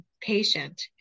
patient